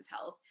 health